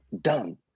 done